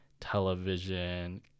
television